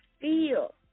feel